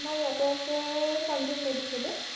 আমাৰ ইয়াতে আছে সঞ্জীৱ মেধি বুলি